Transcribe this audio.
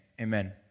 amen